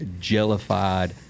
jellified